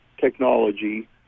technology